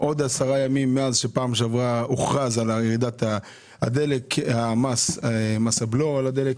עוד עשרה ימים מאז שפעם שעברה הוכרז על הירידה במס הבלו על הדלק.